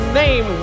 name